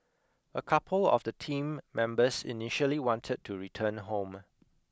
a couple of the team members initially wanted to return home